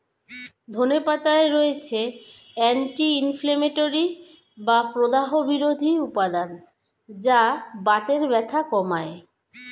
ধনে পাতায় রয়েছে অ্যান্টি ইনফ্লেমেটরি বা প্রদাহ বিরোধী উপাদান যা বাতের ব্যথা কমায়